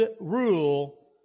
rule